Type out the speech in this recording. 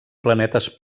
planetes